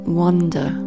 wonder